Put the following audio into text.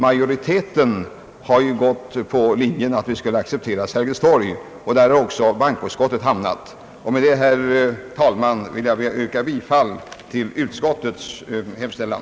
Majoriteten har ju gått på linjen att vi skall acceptera Sergels torg, och det har bankoutskottet också stannat för. Med detta, herr talman, vill jag yrka bifall till utskottets hemställan.